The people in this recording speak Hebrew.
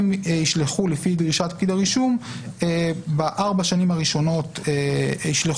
הם ישלחו לפי דרישת פקיד הרישום בארבע השנים הראשונות הודעות,